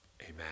Amen